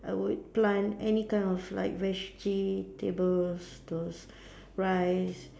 I would plant any kind of like vegetables those rice